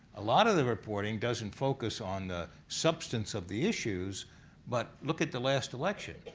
a lot of the reporting doesn't focus on the substance of the issues but look at the last election.